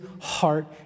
heart